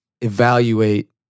Evaluate